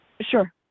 Sure